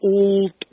Old